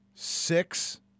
Six